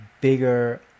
bigger